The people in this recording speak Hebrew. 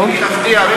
מיקי, תפתיע.